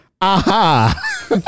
aha